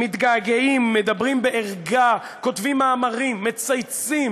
מתגעגעים, מדברים בערגה, כותבים מאמרים, מצייצים